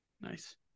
Nice